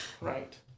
Right